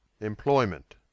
Employment